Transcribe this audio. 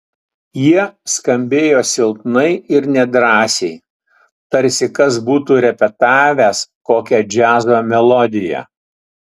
jie skambėjo silpnai ir nedrąsiai tarsi kas būtų repetavęs kokią džiazo melodiją